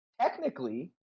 technically